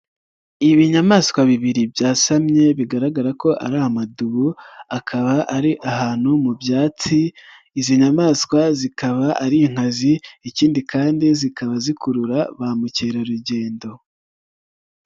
Ibinyamaswa bibiri byasamye bigaragara ko ari amadubu akaba ari ahantu mu byatsi, izi nyamaswa zikaba ari inkazi ikindi kandi zikaba zikurura ba mukerarugendo.